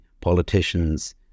politicians